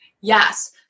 Yes